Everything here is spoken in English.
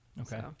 Okay